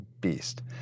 beast